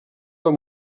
del